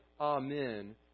Amen